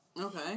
Okay